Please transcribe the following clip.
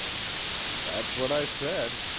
that's what i said.